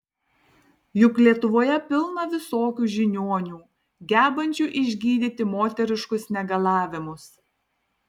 juk lietuvoje pilna visokių žiniuonių gebančių išgydyti moteriškus negalavimus